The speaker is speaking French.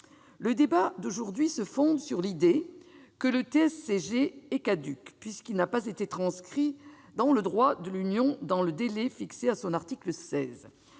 Le débat d'aujourd'hui se fonde sur l'idée que le TSCG est caduc, puisqu'il n'a pas été transcrit dans le droit de l'Union dans le délai fixé à son article 16.